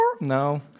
no